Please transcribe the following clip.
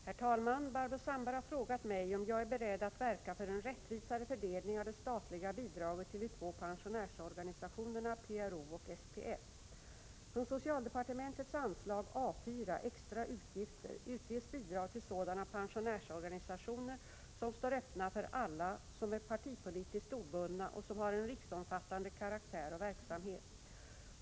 Herr talman! Barbro Sandberg har frågat mig om jag är beredd att verka för en rättvisare fördelning av det statliga bidraget till de två pensionärsorganisationerna PRO och SPF. Från socialdepartementets anslag A 4. Extra utgifter utges bidrag till sådana pensionärsorganisationer som står öppna för alla, som är partipolitiskt obundna och som har en riksomfattande karaktär och verksamhet.